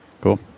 Cool